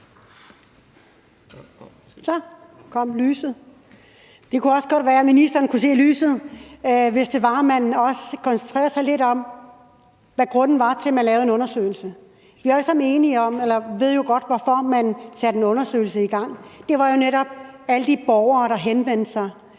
mikrofonen. Det kunne også godt være, at ministeren kunne se lyset, hvis det var, at man også koncentrerede sig lidt om, hvad grunden var til, at man lavede en undersøgelse. Vi er alle sammen enige om eller ved jo godt, hvorfor man satte en undersøgelse i gang. Det var jo netop på grund af alle de borgere, der henvendte sig,